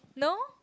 no